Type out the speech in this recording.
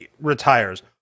retires